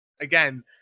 again